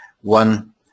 one